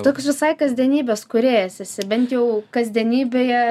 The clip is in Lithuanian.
toks visai kasdienybės kūrėjas esi bent jau kasdienybėje